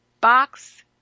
box